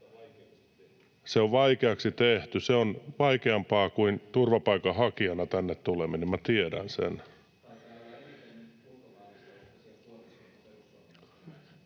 Se on vaikeaksi tehty. Se on vaikeampaa kuin turvapaikanhakijana tänne tuleminen, minä tiedän sen.